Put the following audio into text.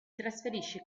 trasferisce